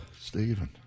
Stephen